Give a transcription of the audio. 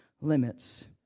limits